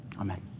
Amen